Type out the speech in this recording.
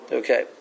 okay